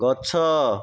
ଗଛ